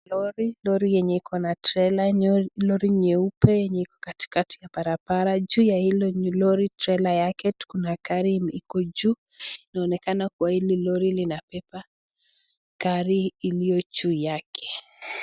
Lori, lori yenye iko na trela, lori nyeupe yenye iko katikati ya barabara, juu ya hilo lori trela yake kuna gari iko juu. Inaonekana kuwa hili lori linabeba gari iliyo juu yake.